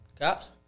Cops